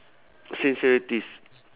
sincerities